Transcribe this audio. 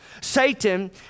Satan